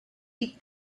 eat